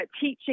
teaching